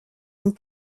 une